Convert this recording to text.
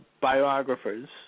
biographers